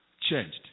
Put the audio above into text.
changed